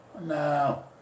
No